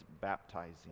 baptizing